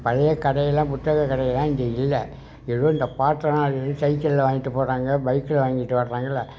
பழைய கடையெல்லாம் புத்தக கடையெல்லாம் இங்கே இல்லை எதோ இந்த பார்த்தரோம் அது இது சைக்களில் வாங்கிட்டுப் போகிறாங்க பைகில் வாங்கிட்டு வர்றாங்களில்